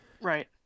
Right